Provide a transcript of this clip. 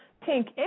Pink